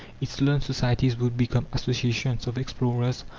its learned societies would become associations of explorers,